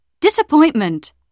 Disappointment